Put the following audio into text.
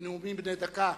בנאומים בני דקה,